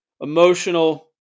emotional